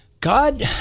God